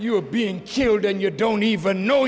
were being killed and you don't even know